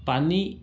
पानी